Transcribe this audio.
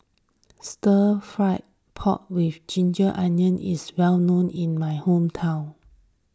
Stir Fry Pork with Ginger Onions is well known in my hometown